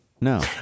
No